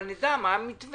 אבל נדע מה המתווה.